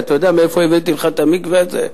אתה יודע מאיפה הבאתי לך את המקווה הזה?